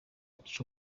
ico